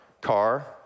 car